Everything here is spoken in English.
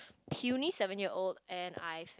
puny seven year old and I